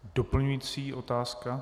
Doplňující otázka?